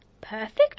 Perfect